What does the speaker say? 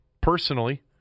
personally